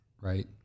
right